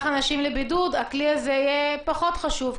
אנשים לבידוד הכלי הזה יהיה פחות חשוב,